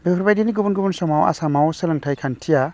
बेफोरबायदिनो गुबुन गुबुन समाव आसामाव सोलोंथाइ खान्थिया